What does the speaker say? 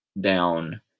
down